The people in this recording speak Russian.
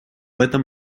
этом